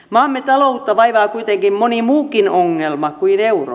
maamme taloutta vaivaa kuitenkin moni muukin ongelma kuin euro